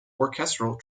orchestral